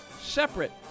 separate